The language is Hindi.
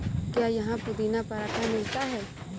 क्या यहाँ पुदीना पराठा मिलता है?